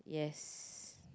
yes